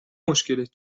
مشکلت